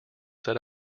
set